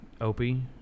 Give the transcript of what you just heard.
Opie